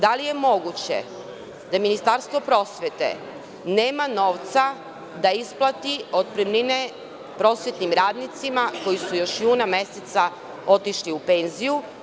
Da li je moguće da Ministarstvo prosvete nema novca da isplati otpremnine prosvetnim radnicima koji su još juna meseca otišli u penziju?